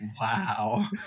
Wow